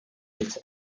its